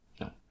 No